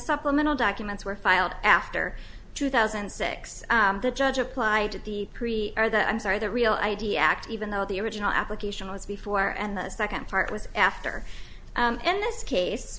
supplemental documents were filed after two thousand and six the judge applied at the pre or the i'm sorry the real i d act even though the original application was before and the second part was after in this case